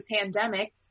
pandemic